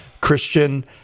Christian